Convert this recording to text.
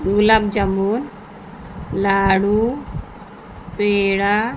gulab jamun laddoo peda